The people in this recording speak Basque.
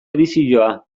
edizioa